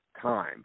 time